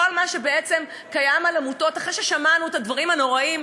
כל מה שבעצם קיים לגבי עמותות,